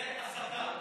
זו הסתה.